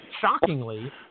shockingly